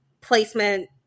placement